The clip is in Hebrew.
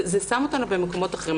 זה שם אותנו במקומות אחרים.